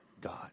God